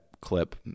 clip